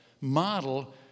model